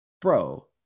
bro